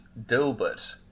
dilbert